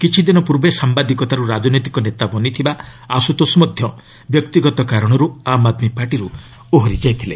କିଛିଦିନ ପୂର୍ବେ ସାମ୍ଭାଦିକତାରୁ ରାଜନୈତିକ ନେତା ବନିଥିବା ଆଶୁତୋଷ ମଧ୍ୟ ବ୍ୟକ୍ତିଗତ କାରଣରୁ ଆମ୍ ଆଦ୍ମୀ ପାର୍ଟିରୁ ଓହରି ଯାଇଥିଲେ